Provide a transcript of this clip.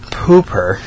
pooper